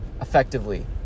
effectively